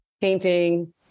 painting